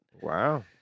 Wow